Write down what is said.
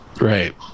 right